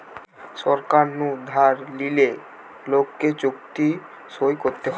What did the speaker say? সরকার নু ধার লিলে লোককে চুক্তি সই করতে হয়